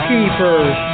Keepers